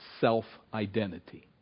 self-identity